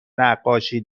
نقاشی